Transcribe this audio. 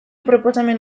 proposamen